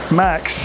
max